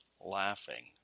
laughing